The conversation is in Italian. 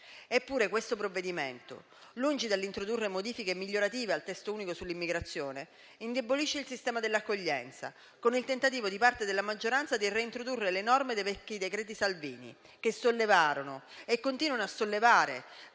Eppure questo provvedimento, lungi dall'introdurre modifiche migliorative al testo unico sull'immigrazione, indebolisce il sistema dell'accoglienza, con il tentativo di parte della maggioranza di reintrodurre le norme del vecchio decreto Salvini, che sollevarono e continuano a sollevare